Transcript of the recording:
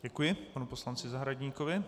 Děkuji panu poslanci Zahradníkovi.